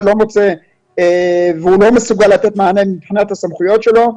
לא מסוגל לתת מענה מבחינת הסמכויות שלו,